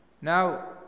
Now